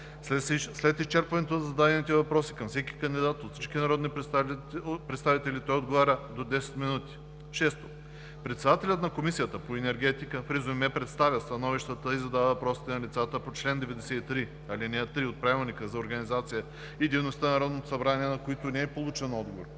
След изчерпване на зададените въпроси към всеки кандидат от всички народни представители той отговаря – до 10 минути. 6. Председателят на Комисията по енергетика в резюме представя становищата и задава въпросите на лицата по чл. 93, ал. 3 от Правилника за организацията и дейността на Народното събрание, на които не е получен отговор